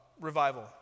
revival